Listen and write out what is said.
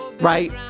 right